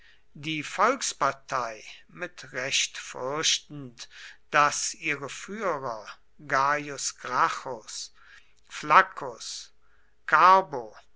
die volkspartei mit recht fürchtend daß ihre führer gaius